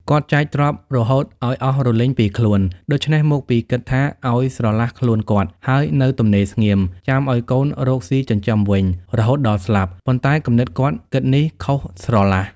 គាត់ចែកទ្រព្យរបស់ឱ្យអស់រលីងពីខ្លួន ដូច្នេះមកពីគិតថា ឱ្យស្រឡះខ្លួនគាត់ ហើយនៅទំនេរស្ងៀម ចាំឱ្យកូនរកស៊ីចិញ្ចឹមវិញ រហូតដល់ស្លាប់ ” ប៉ុន្តែគំនិតគាត់ គិតនេះខុសស្រឡះ ។